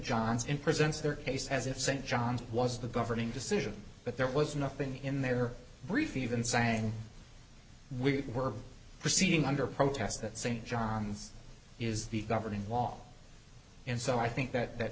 john's in presenting their case as if st john's was the governing decision but there was nothing in their brief even saying we were proceeding under protest at st john's is the governing law and so i think that that